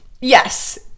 yes